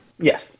Yes